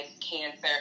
cancer